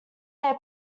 their